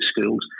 schools